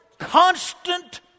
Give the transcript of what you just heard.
Constant